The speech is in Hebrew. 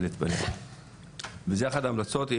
זה אחת ההמלצות,